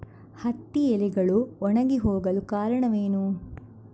ಹತ್ತಿ ಎಲೆಗಳು ಒಣಗಿ ಹೋಗಲು ಕಾರಣವೇನು?